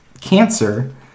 cancer